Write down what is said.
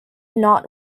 not